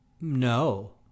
No